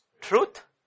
truth